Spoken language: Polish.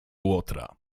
łotra